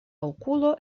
okulo